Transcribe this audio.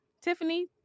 Tiffany